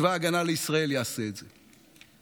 צבא ההגנה לישראל יעשה את זה,